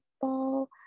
ball